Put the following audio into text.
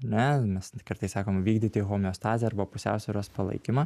ne mes kartais sakome vykdyti homeostazę arba pusiausvyros palaikymą